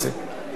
בבקשה.